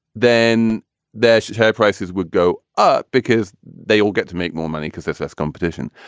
then their share prices would go up because they will get to make more money because there's less competition.